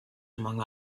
among